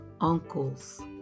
uncles